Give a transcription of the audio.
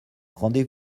rendez